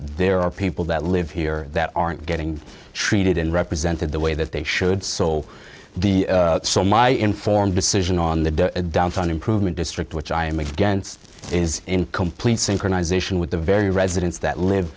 there are people that live here that aren't getting treated in represented the way that they should so the so my informed decision on the downtown improvement district which i am against is in complete synchronization with the very residents that live